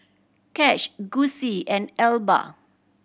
Cash Gussie and Elba